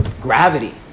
gravity